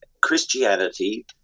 Christianity